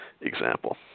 example